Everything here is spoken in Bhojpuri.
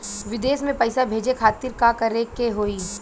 विदेश मे पैसा भेजे खातिर का करे के होयी?